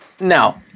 No